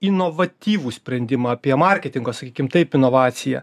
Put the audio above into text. inovatyvų sprendimą apie marketingo sakykim taip inovaciją